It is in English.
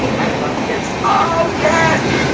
i love gifts. oh, yes!